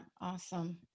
awesome